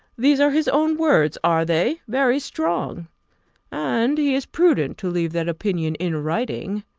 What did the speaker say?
these are his own words, are they? very strong and he is prudent to leave that opinion in writing.